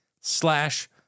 slash